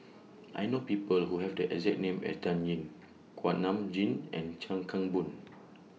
I know People Who Have The exact name as Dan Ying Kuak Nam Jin and Chuan Keng Boon